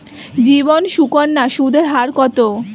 জীবন সুকন্যা সুদের হার কত?